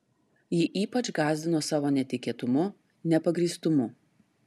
ji ypač gąsdino savo netikėtumu nepagrįstumu